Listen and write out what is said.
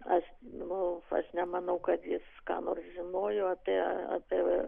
aš buvau aš nemanau kad jis ką nors žinojo apie apie